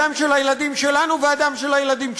הדם של הילדים שלנו והדם של הילדים שלהם.